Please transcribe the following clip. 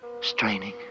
Straining